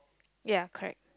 ya correct